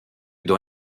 dans